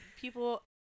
People